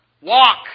Walk